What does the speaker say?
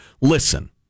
Listen